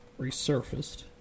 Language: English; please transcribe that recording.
resurfaced